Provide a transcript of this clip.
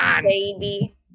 baby